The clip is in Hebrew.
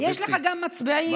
יש לך גם מצביעים ערבים ויש לך,